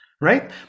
right